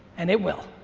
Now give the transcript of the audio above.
and it will,